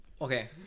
Okay